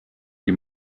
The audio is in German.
die